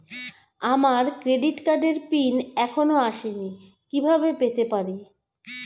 আমার ক্রেডিট কার্ডের পিন এখনো আসেনি কিভাবে পেতে পারি?